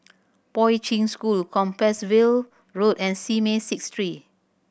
Poi Ching School Compassvale Road and Simei Six Street